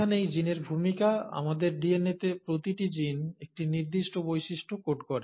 এখানেই জিনের ভূমিকা আমাদের ডিএনএতে প্রতিটি জিন একটি নির্দিষ্ট বৈশিষ্ট্য কোড করে